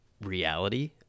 reality